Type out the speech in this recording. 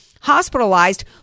hospitalized